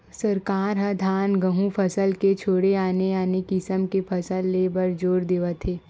सरकार ह धान, गहूँ फसल के छोड़े आने आने किसम के फसल ले बर जोर देवत हे